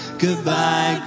goodbye